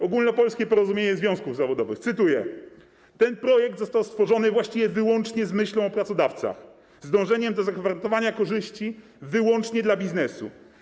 Ogólnopolskie Porozumienie Związków Zawodowych: Ten projekt został stworzony właściwie wyłącznie z myślą o pracodawcach, z dążeniem do zagwarantowania korzyści wyłącznie dla biznesu.